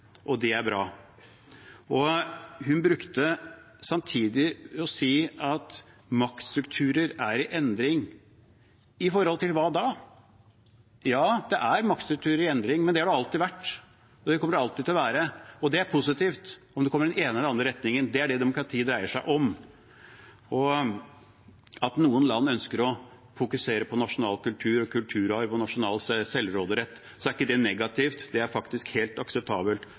og det er bra. Hun sa samtidig at maktstrukturer er i endring. I forhold til hva da? Ja, det er maktstrukturer i endring, men det har det alltid vært, og det kommer det alltid til å være, og det er positivt – om det kommer i den ene eller den andre retningen. Det er det demokratiet dreier seg om. At noen land ønsker å fokusere på nasjonal kultur og kulturarv og nasjonal selvråderett, er ikke negativt, det er faktisk helt akseptabelt